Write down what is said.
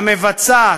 המבצעת,